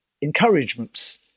encouragements